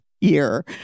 year